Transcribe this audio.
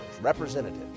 representative